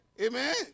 Amen